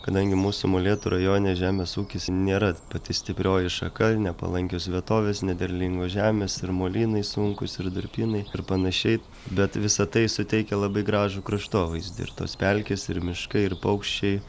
kadangi mūsų molėtų rajone žemės ūkis nėra pati stiprioji šaka ir nepalankios vietovės nederlingos žemės ir molynai sunkūs ir durpynai ir panašiai bet visa tai suteikia labai gražų kraštovaizdį ir tos pelkės ir miškai ir paukščiai